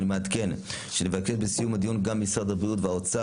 אני מעדכן שבסיום הדיון נבקש גם ממשרד הבריאות והאוצר